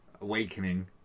Awakening